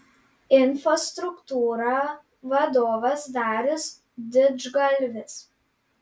infostruktūra vadovas darius didžgalvis